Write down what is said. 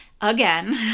again